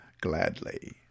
gladly